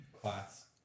class